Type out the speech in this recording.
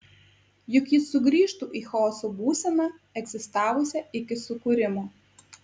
juk ji sugrįžtų į chaoso būseną egzistavusią iki sukūrimo